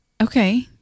okay